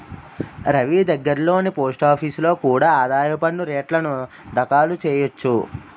రవీ దగ్గర్లోని పోస్టాఫీసులో కూడా ఆదాయ పన్ను రేటర్న్లు దాఖలు చెయ్యొచ్చు